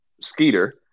Skeeter